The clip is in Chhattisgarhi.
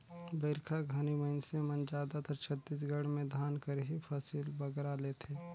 बरिखा घनी मइनसे मन जादातर छत्तीसगढ़ में धान कर ही फसिल बगरा लेथें